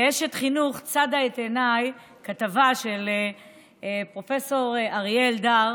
כאשת חינוך צדה את עיניי כתבה של פרופ' אריה אלדר,